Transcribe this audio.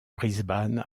brisbane